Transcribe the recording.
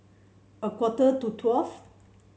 a quarter to twelve